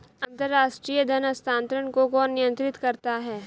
अंतर्राष्ट्रीय धन हस्तांतरण को कौन नियंत्रित करता है?